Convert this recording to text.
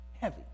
Heavy